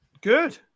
Good